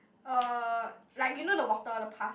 uh like you know the water the pus